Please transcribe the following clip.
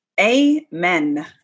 Amen